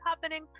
happening